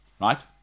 Right